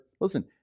listen